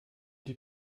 die